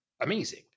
amazing